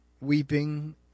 weeping